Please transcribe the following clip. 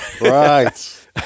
Right